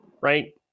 right